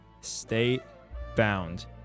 state-bound